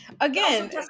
Again